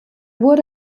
wurde